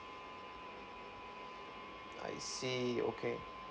I see okay